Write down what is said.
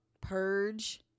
purge